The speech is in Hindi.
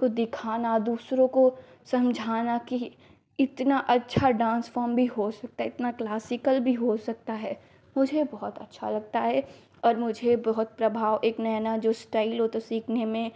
को दिखाना दूसरों को समझाना कि इतना अच्छा डान्स फ़ॉर्म भी हो सकता है इतना क्लासिकल भी हो सकता है मुझे बहत अच्छा लगता है और मुझे बहुत प्रभाव एक नया नया जो स्टाइल होता है सीखने में